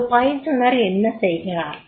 இங்கு பயிற்றுனர் என்ன செய்கிறார்